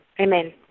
Amen